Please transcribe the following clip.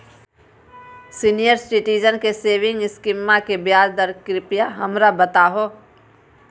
senior citizen के saving स्कीमवा के ब्याज दर कृपया हमरा बताहो